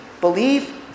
believe